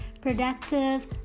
productive